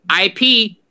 IP